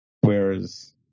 Whereas